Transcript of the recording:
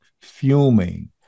fuming